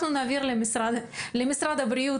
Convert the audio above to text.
אנחנו נעביר למשרד הבריאות,